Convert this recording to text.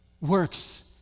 works